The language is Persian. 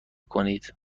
کنید